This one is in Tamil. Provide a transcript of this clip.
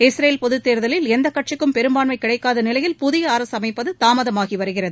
இஸ்ரேல் பொதுத்தேர்தலில் எந்த கட்சிக்கும் பெரும்பான்மை கிடைக்காத நிலையில் புதிய அரசு அமைப்பது தாமதமாகி வருகிறது